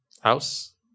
House